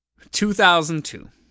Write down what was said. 2002